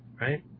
right